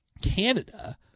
Canada